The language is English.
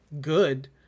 good